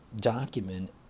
document